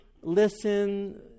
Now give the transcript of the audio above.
Listen